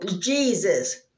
Jesus